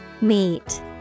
Meet